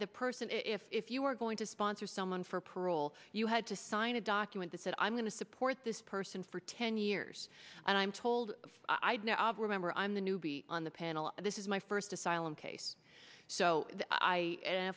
the person if you were going to sponsor someone for parole you had to sign a document that said i'm going to support this person for ten years and i'm told i had no abra member i'm the newbie on the panel this is my first asylum case so i a